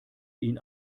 ihn